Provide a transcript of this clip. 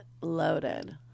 loaded